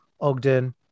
Ogden